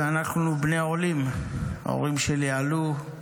ואנחנו בני עולים, ההורים שלי עלו,